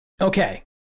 Okay